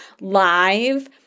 live